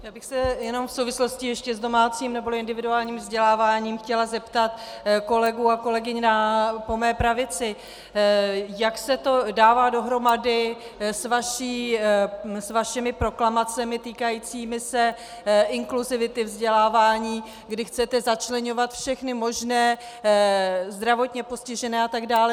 Já bych se jen v souvislosti ještě s domácím neboli individuálním vzděláváním chtěla zeptat kolegů a kolegyň po mé pravici, jak se to dává dohromady s vašimi proklamacemi týkajícími se inkluzivity vzdělávání, kdy chcete začleňovat všechny možné zdravotně postižené atd.